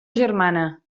germana